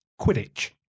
Quidditch